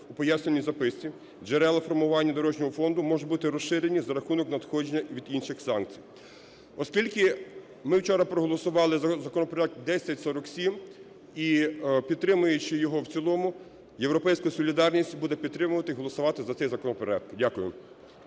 у пояснювальній записці, джерела формування дорожнього фонду можуть бути розширені за рахунок надходження від інших санкцій. Оскільки ми вчора проголосували законопроект 1047, і підтримуючи його в цілому, "Європейська солідарність" буде підтримувати і голосувати за цей законопроект. Дякую.